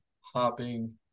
hopping